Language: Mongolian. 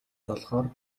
болохоор